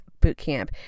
Bootcamp